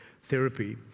therapy